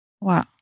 Wow